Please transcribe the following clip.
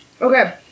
Okay